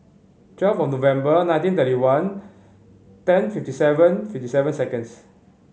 twelve November nineteen thirty one ten fifty seven fifty seven seconds